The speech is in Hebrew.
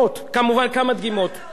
חמש דקות לא מספיק כדי לענות, כמה שקרים, תודה.